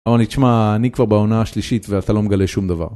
תשמע אני כבר בעונה השלישית ואתה לא מגלה שום דבר.